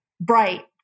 bright